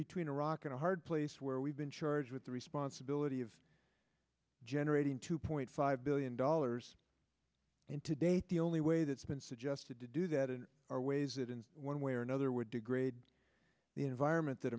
between a rock and a hard place where we've been charged with the responsibility of generating two point five billion dollars and to date the only way that's been suggested to do that and our ways it in one way or another would degrade the environment that